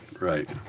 right